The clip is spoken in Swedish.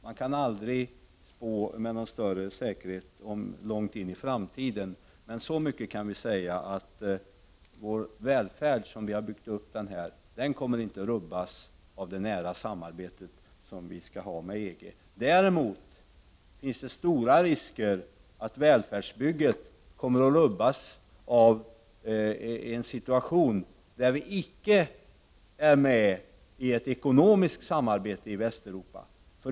Man kan aldrig med någon större säkerhet spå om det som ligger långt in i framtiden, men så mycket kan vi säga att den välfärd som vi har byggt upp inte kommer att rubbas av det nära samarbete som vi skall ha med EG. Däremot finns det stora risker att välfärdsbygget kommer att rubbas om vi icke är med i ett ekonomiskt samarbete i Västeuropa.